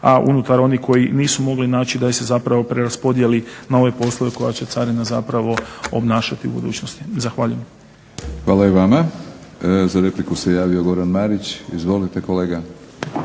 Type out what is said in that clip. a unutar onih koji nisu mogli naći da ih se zapravo preraspodjeli na ove poslove koje će carina zapravo obnašati u budućnosti. Zahvaljujem. **Batinić, Milorad (HNS)** Hvala i vama. Za repliku se javio Goran Marić. Izvolite kolega.